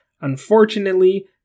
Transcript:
Unfortunately